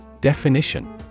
Definition